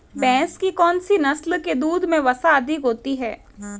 भैंस की कौनसी नस्ल के दूध में वसा अधिक होती है?